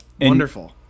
wonderful